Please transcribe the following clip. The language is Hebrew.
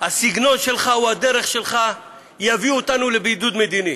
הסגנון שלך או הדרך שלך יביאו אותנו לבידוד מדיני.